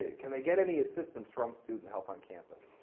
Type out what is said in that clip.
can they get any assistance from student health on campus?